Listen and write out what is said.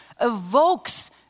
evokes